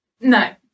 No